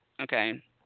Okay